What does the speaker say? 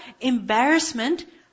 embarrassment